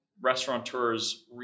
restaurateurs